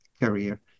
career